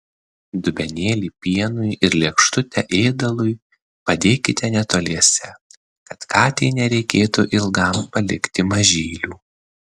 dubenėlį pienui ir lėkštutę ėdalui padėkite netoliese kad katei nereikėtų ilgam palikti mažylių